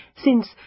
Since